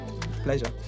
pleasure